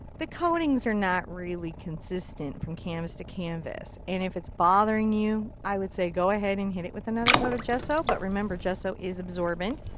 the coatings are not really consistent from canvas to canvas, and if it's bothering you, i would say go ahead and hit it with another coat of gesso, but remember, gesso is absorbent.